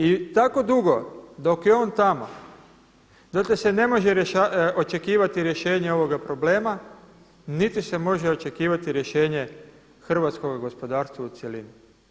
I tako dugo dok je on tamo dotle se ne može očekivati rješenje ovoga problema niti se može očekivati rješenje hrvatskoga gospodarstva u cjelini.